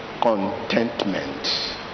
contentment